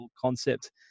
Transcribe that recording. concept